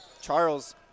Charles